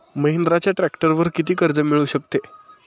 महिंद्राच्या ट्रॅक्टरवर किती कर्ज मिळू शकते?